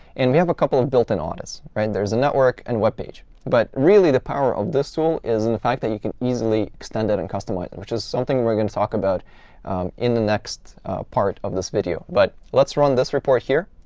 and we have a couple of built an audits, right? there's a network and web page. but really, the power of this tool is in the fact that you can easily extend it and customize it, which is something we're going to talk about in the next part of this video. but let's run this report here.